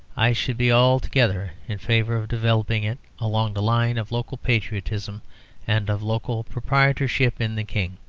i should be altogether in favour of developing it along the line of local patriotism and of local proprietorship in the king.